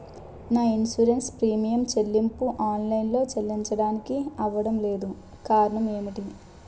నా insurance premium చెల్లింపు online లో చెల్లించడానికి అవ్వడం లేదు కారణం ఏమిటి?